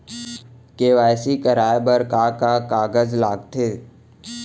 KYC कराये बर का का कागज लागथे?